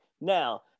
Now